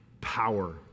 power